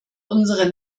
unsere